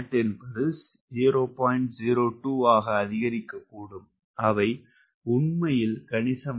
02 ஆக அதிகரிக்கக்கூடும் அவை உண்மையில் கணிசமானவை